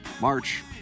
March